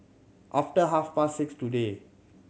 after half past six today